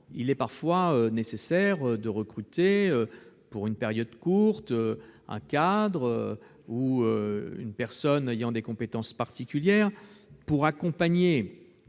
il est parfois nécessaire de recruter, pour une période courte, un cadre ou une personne ayant des compétences particulières, pour accompagner